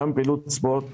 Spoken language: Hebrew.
גם בפעילות ספורט ותרבות,